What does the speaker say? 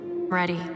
ready